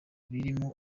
birimo